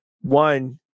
one